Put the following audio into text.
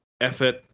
effort